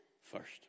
first